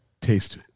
taste